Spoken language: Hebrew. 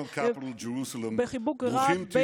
אנחנו מקבלים אתכם בזרועות פתוחות בעיר